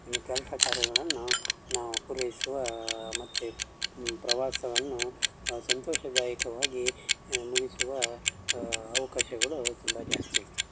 ನಮ್ಮ ಕೆಲಸ ಕಾರ್ಯಗಳನ್ನು ನಾವು ಪೂರೈಸುವ ಮತ್ತು ಪ್ರವಾಸವನ್ನು ಸಂತೋಷದಾಯಕವಾಗಿ ಮುಗಿಸುವ ಅವಕಾಶಗಳು ತುಂಬ ಜಾಸ್ತಿ ಇರ್ತದೆ